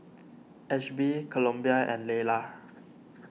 Ashby Columbia and Laylah